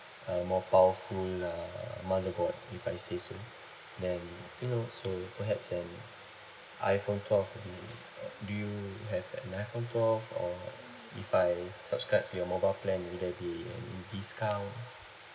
uh more powerful uh motherboard if I say so then you know so perhaps an iphone twelve uh do you have an iphone twelve or if I subscribe to your mobile plan would it that be any discounts